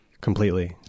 Completely